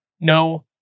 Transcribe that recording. no